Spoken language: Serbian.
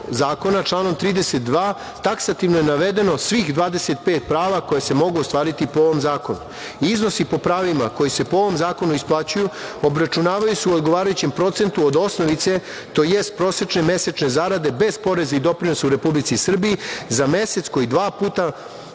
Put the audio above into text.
članom 32. taksativno je navedeno svih 25 prava koja se mogu ostvariti po ovom zakonu, iznosi po pravima koji se po ovom zakonu isplaćuju obračunavaju se u odgovarajućim procentu od osnovice tj. prosečne mesečne zarade bez poreza i doprinosa u Republici Srbiji, za mesec koji dva